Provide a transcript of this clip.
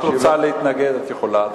את רוצה להתנגד, את יכולה.